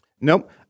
Nope